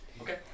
Okay